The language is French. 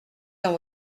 dans